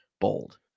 bold